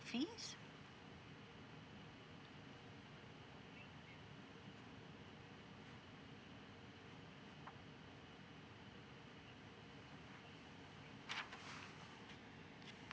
fees